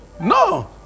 No